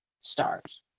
stars